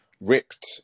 ripped